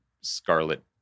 scarlet